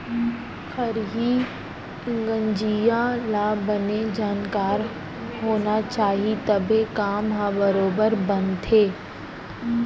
खरही गंजइया ल बने जानकार होना चाही तभे काम ह बरोबर बनथे